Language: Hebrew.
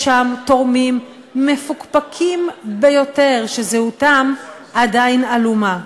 יש שם תורמים מפוקפקים ביותר שזהותם עדיין עלומה.